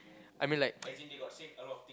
I mean like